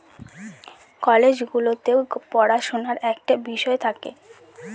college গুলোতে পড়াশুনার একটা বিষয় থাকে